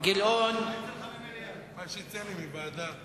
מה שיצא לי מוועדה.